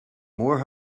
more